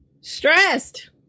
stressed